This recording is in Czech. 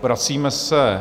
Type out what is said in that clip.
Vracíme se...